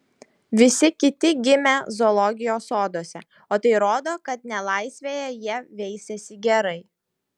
visi kiti gimę zoologijos soduose o tai rodo kad nelaisvėje jie veisiasi gerai